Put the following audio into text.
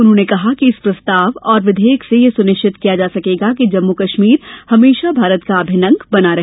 उन्होंने कहा कि इस प्रस्ताव और विधेयक से यह सुनिश्चित किया जा सकेगा कि जम्मू कश्मीर हमेशा भारत का अभिन्न अंग बना रहे